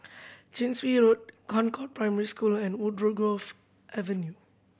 Chin Swee Road Concord Primary School and Woodgrove Avenue